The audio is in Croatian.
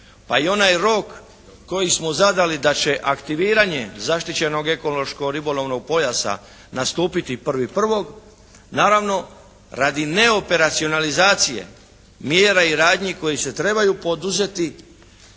Pa i onaj rog koji smo zadali da će aktiviranje zaštićenog ekološko-ribolovnog pojasa nastupiti 1.1. naravno radi neoperacionalizacije mjera i radnji koje se trebaju poduzeti